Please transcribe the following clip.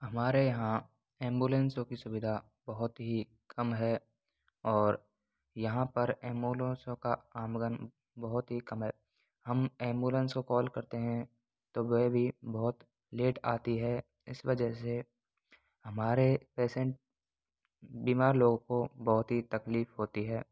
हमारे यहाँ एम्बुलेंसों की सुविधा बहुत ही कम है और यहाँ पर एम्बुलेंसों का आगमन बहुत ही कम है हम एम्बुलेंस को कॉल करते हैं तो वेह भी बहुत लेट आती है इस वजह से हमारे पेसेन्ट बीमार लोगों को बहुत ही तकलीफ होती है